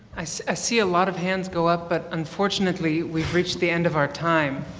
i see ah see a lot of hands go up but unfortunately we've reached the end of our time.